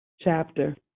chapter